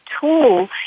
tool